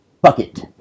Bucket